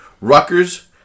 Rutgers